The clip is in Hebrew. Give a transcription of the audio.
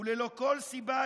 וללא כל סיבה,